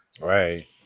Right